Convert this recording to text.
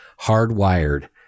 hardwired